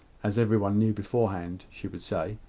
as every one knew beforehand she would say.